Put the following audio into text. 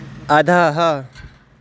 अधः